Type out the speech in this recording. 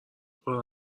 پاره